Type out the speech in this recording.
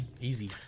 Easy